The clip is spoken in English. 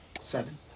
Seven